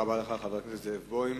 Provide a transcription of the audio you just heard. תודה, חבר הכנסת זאב בוים.